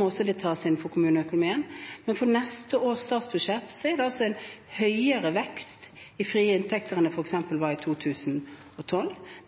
også det tas innenfor kommuneøkonomien. Men for neste års statsbudsjett er det altså en høyere vekst i frie inntekter enn det var f.eks. i 2012.